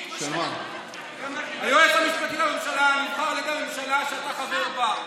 דקה, היועמ"ש הוא עובד ציבור.